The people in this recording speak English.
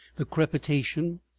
the crepitation,